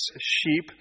sheep